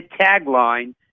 tagline